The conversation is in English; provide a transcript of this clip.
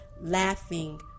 laughing